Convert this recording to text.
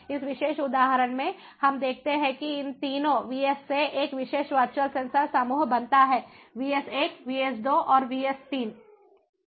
इस विशेष उदाहरण में हम देखते हैं कि इन तीनों VS से एक विशेष वर्चुअल सेंसर समूह बनता है VS 1 VS 2 और VS 3